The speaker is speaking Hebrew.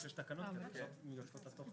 אמרנו שאפשר יהיה לבחור.